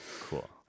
Cool